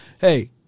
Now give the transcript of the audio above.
Hey